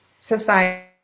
society